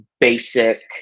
basic